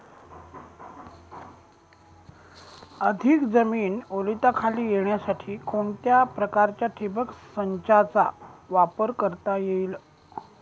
अधिक जमीन ओलिताखाली येण्यासाठी कोणत्या प्रकारच्या ठिबक संचाचा वापर करता येईल?